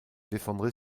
défendrai